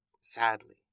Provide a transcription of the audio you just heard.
sadly